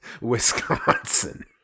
Wisconsin